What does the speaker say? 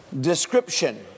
description